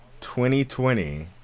2020